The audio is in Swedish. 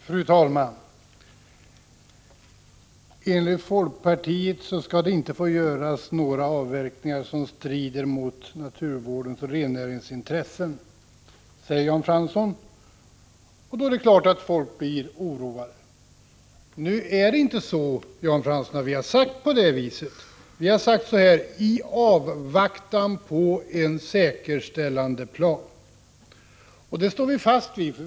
Fru talman! Enligt folkpartiet skall det inte få göras några avverkningar som strider mot naturvårdens och rennäringens intressen, säger Jan Fransson, och då är det klart att folk blir oroade. Nu har vi inte sagt på det viset, Jan Fransson. Vi har sagt att avverkning inte får ske i avvaktan på en säkerställandeplan, och det står vi fast vid.